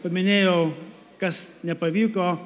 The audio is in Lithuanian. paminėjau kas nepavyko